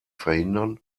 verhindern